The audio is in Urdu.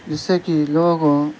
جس سے کہ لوگوں کو